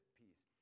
piece